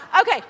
Okay